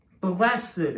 Blessed